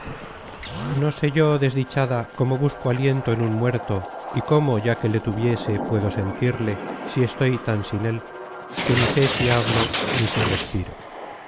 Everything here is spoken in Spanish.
no sé yo desdichada como busco aliento en un muerto y cómo ya que le tuviese puedo sentirle si estoy tan sin él que ni sé si hablo ni si respiro